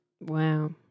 Wow